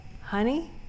honey